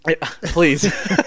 Please